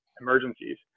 emergencies